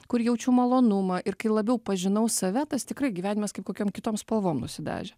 kur jaučiu malonumą ir kai labiau pažinau save tas tikrai gyvenimas kaip kokiom kitom spalvom nusidažė